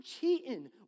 cheating